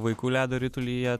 vaikų ledo ritulyje